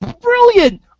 brilliant